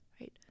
Right